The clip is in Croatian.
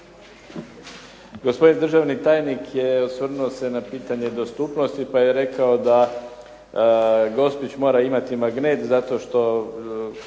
Gospodin državni tajnik je osvrnuo se na pitanje dostupnosti pa je rekao da Gospić mora imati magnet zato što